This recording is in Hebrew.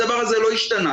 הדבר הזה לא השתנה.